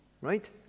right